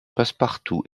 passepartout